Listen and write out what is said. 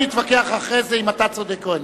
נתווכח אחרי זה אם אתה צודק או אני.